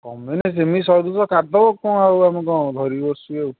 କମେଇଲେ ସେମିତି ଶହେ ଦୁଇଶହ କାଟିଦେବ କ'ଣ ଆଉ ଆମେ କଣ ଧରିକି ବସିଛୁ କି ଆଉ